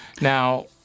Now